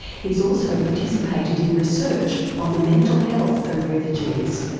he's also participated in research on the mental health of refugees.